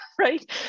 right